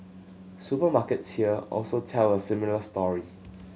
supermarkets here also tell a similar story